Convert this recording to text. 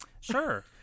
Sure